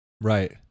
Right